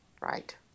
right